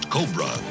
Cobra